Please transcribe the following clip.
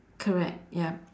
correct ya